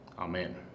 amen